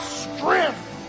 strength